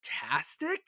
Fantastic